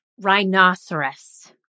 Rhinoceros